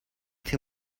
too